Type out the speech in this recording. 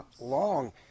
long